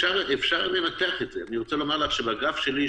ואפשר לנתח את זה אני רוצה לומר לך שבאגף שלי,